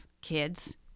kids